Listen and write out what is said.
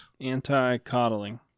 Anti-coddling